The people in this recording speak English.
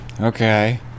Okay